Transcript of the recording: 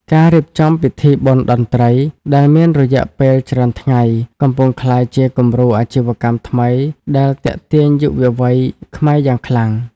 ការរៀបចំពិធីបុណ្យតន្ត្រី ដែលមានរយៈពេលច្រើនថ្ងៃ កំពុងក្លាយជាគំរូអាជីវកម្មថ្មីដែលទាក់ទាញយុវវ័យខ្មែរយ៉ាងខ្លាំង។